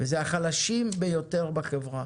וזה החלשים ביותר חברה